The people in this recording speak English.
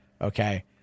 Okay